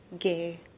gay